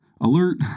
Alert